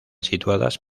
situadas